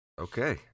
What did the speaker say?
Okay